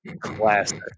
Classic